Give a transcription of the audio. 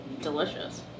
delicious